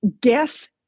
guess